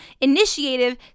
initiative